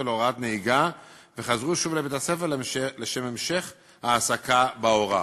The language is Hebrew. להוראת נהיגה וחזרו שוב לבית-הספר לשם המשך העיסוק בהוראה,